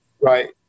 Right